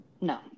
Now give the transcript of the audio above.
no